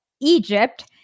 Egypt